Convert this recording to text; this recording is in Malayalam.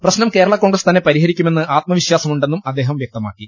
പ്രശ്നം കേരള കോൺഗ്രസ് തന്നെ പരിഹരിക്കുമെന്ന് ആത്മ വിശ്വാസമുണ്ടെന്നും അദ്ദേഹം പറഞ്ഞു